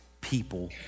people